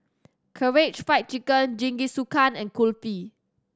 Karaage Fried Chicken Jingisukan and Kulfi